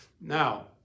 Now